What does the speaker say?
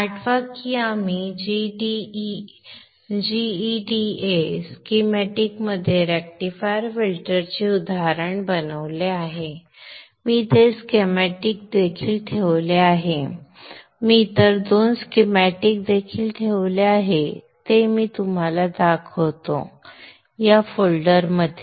आठवा की आम्ही जीईडीए स्कीमॅटिकमध्ये रेक्टिफायर फिल्टरचे उदाहरण बनवले आहे मी ते स्कीमॅटिक देखील ठेवले आहे मी इतर दोन स्कीमॅटिक्स देखील ठेवले आहेत ते मी तुम्हाला दाखवतो या फोल्डरमध्ये